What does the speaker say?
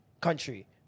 country